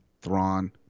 Thrawn